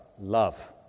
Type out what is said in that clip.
Love